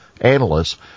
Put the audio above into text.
analysts